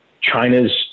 China's